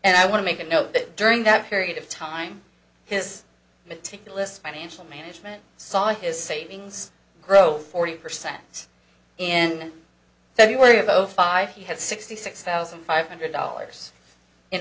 and i want to make a note that during that period of time his meticulous financial management saw his savings grow forty percent in february of zero five he had sixty six thousand five hundred dollars in